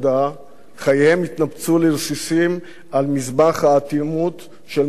חייהם יתנפצו לרסיסים על מזבח האטימות של ממשלת נתניהו.